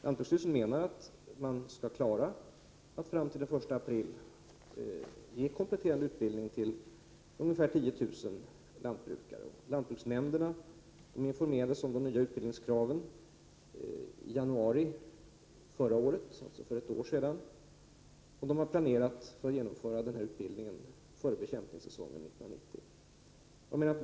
Lantbruksstyrelsen menar nämligen att den skall klara av att fram till den 1 april 1990 ge kompletterande utbildning till ungefär 10 000 lantbrukare. Lantbruksnämnderna informerades om de nya utbildningskraven i januari förra året, och de har planerat att genomföra denna utbildning före bekämpningssäsongen 1990.